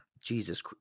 Jesus